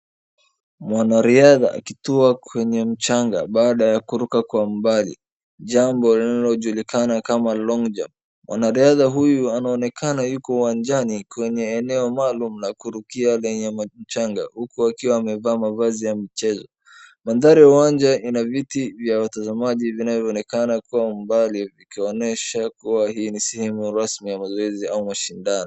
Mwanariadha akitua kwenye mchanga baada ya kuruka kwa mbali. Jambo linalojulikana kama long jump . Mwanariadha huyu anaonekana yuko uwanjani kwenye eneo maalum la kurukia lenye mchanga huku akiwa amevaa mavazi ya michezo. Mandhari ya uwanja ina viti vya watazamaji vinavyoonekana kwa umbali vikionyesha kuwa hii ni sehemu rasmi ya mazoezi au mashindano.